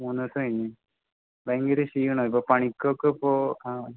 മൂന്ന് ദിവസം കഴിഞ്ഞു ഭയങ്കര ക്ഷീണം ഇപ്പം പണിക്കൊക്കെ പോകാൻ